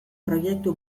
proiektu